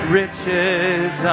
riches